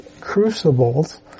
crucibles